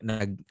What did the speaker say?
nag